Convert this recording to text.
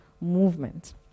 movement